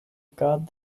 god